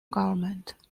government